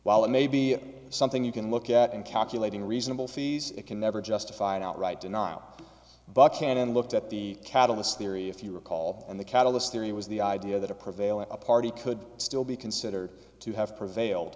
while it may be something you can look at in calculating reasonable fees it can never justify an outright denial buckhannon looked at the catalyst theory if you recall and the catalyst theory was the idea that a prevailing party could still be considered to have prevailed